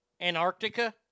Antarctica